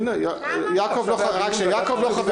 הנה, יעקב לא חבר